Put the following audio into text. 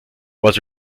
was